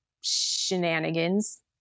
shenanigans